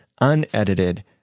unedited